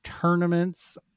tournament's